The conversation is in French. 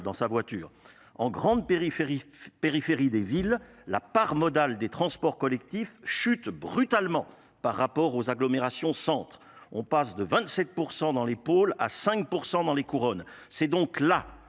dans sa voiture en grande périphérie des villes la part modale des transports collectifs chute brutalement par rapport aux agglomérations centre on passe de vingt sept dans les pôles à cinq dans les couronnes c'est donc là